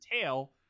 tail